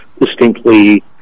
distinctly